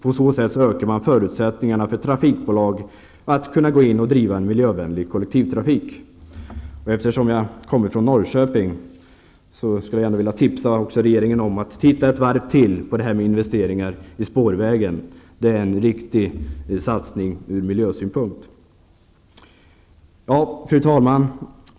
På så sätt ökas förutsättningarna för trafikbolag att driva en miljövänlig kollektivtrafik. Eftersom jag kommer från Norrköping, skulle jag vilja tipsa regeringen om att titta ett varv till på det här med investeringar i spårvägen. Det är en riktig satsning ur miljösynpunkt. Fru talman!